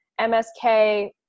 MSK